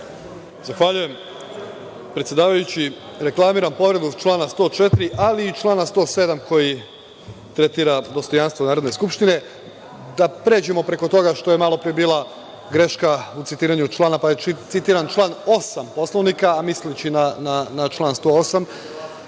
Zahvaljujem, predsedavajući. Reklamiram povredu člana 104, ali i člana 107. koji tretira dostojanstvo Narodne skupštine, da pređemo preko toga što je malo pre bila greška u citiranju člana, pa je citiran član 8. Poslovnika, a misleći na član 108.Znate